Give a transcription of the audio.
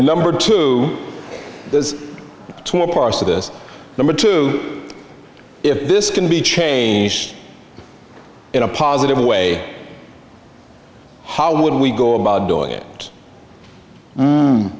number two to parse this number two if this can be changed in a positive way how would we go about doing it